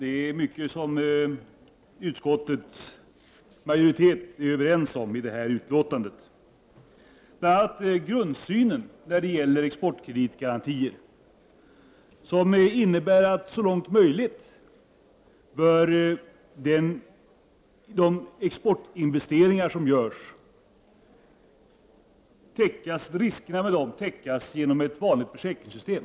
Fru talman! Utskottsmajoriteten är överens om mycket i det här utlåtandet. Det gäller bl.a. grundsynen på exportkreditgarantier, som innebär att riskerna med de exportinvesteringar som görs så långt möjligt bör täckas genom ett vanligt försäkringssystem.